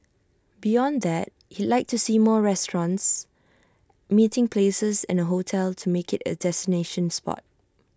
beyond that he'd like to see more restaurants meeting places and A hotel to make IT A destination spot